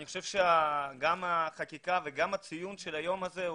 אני חושב שגם החקיקה וגם הציון של היום הזה,